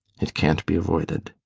it can't be avoided.